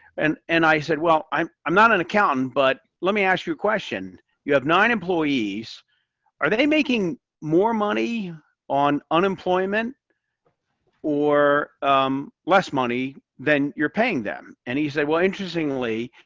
and and, i said, well i'm i'm not an accountant, but let me ask you a question you have nine employees are they making more money on unemployment or less money then you're paying them? and he said, well interestingly,